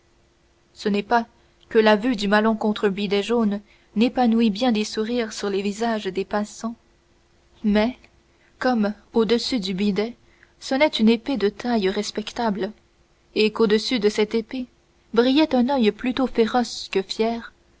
ce n'est pas que la vue du malencontreux bidet jaune n'épanouît bien des sourires sur les visages des passants mais comme au-dessus du bidet sonnait une épée de taille respectable et qu'au-dessus de cette épée brillait un oeil plutôt féroce que fier